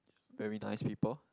very nice people